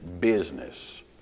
business